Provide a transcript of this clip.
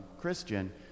Christian